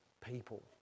people